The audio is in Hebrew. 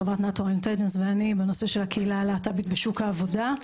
חברת נטורל אינטליג'נס ואני בנושא של הקהילה הלהט"בית בשוק העבודה.